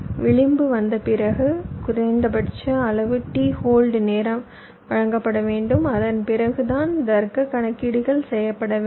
விளிம்பு வந்த பிறகு குறைந்தபட்ச அளவு t ஹோல்ட் நேரம் வழங்கப்பட வேண்டும் அதன்பிறகுதான் தர்க்கக் கணக்கீடுகள் செய்யப்பட வேண்டும்